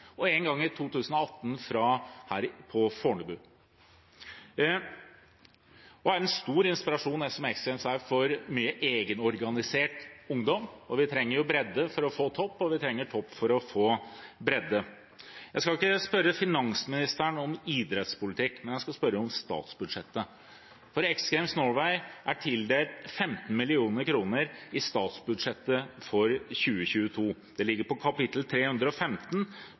og en gang, i 2018, her på Fornebu – og er en stor inspirasjon, som X Games er, for mye egenorganisert ungdom. Vi trenger bredde for å få topp, og vi trenger topp for å få bredde. Jeg skal ikke spørre finansministeren om idrettspolitikk, men jeg skal spørre om statsbudsjettet. X Games Norway er tildelt 15 mill. kr i statsbudsjettet for 2022, det ligger på kapittel 315,